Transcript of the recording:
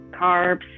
carbs